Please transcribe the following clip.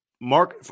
Mark